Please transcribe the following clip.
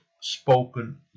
Spoken